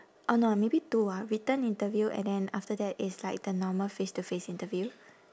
oh no ah maybe two ah written interview and then after that is like the normal face to face interview